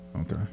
Okay